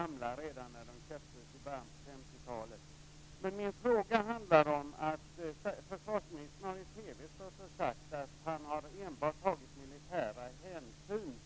Det är något nytt som har hänt under Carl Bildts frånvaro.